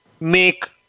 make